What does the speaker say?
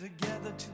Together